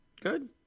Good